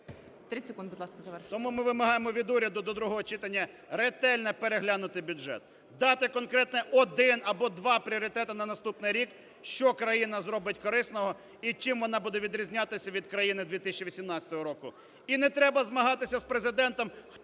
30 секунд, будь ласка, завершуйте. БОНДАР В.В. Тому ми вимагаємо від уряду до другого читання ретельно переглянути бюджет, дати конкретно один або два пріоритети на наступний рік, що країна робить корисного і чим вона буде відрізнятися від країни 2018 року. І не треба змагатися з Президентом,